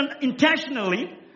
intentionally